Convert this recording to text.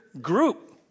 group